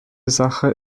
sache